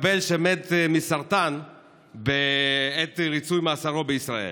מחבל שמת מסרטן בעת ריצוי מאסרו בישראל.